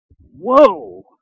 Whoa